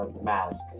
mask